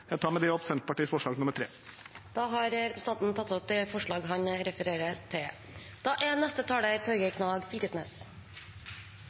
Jeg tar med det, på vegne av Senterpartiet, opp forslag nr. 3. Representanten Ole André Myhrvold har tatt opp det forslaget han refererte til.